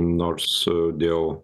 nors dėl